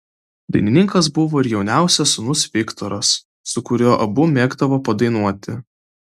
dainininkas buvo ir jauniausias sūnus viktoras su kuriuo abu mėgdavo padainuoti